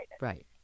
right